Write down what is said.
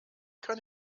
kann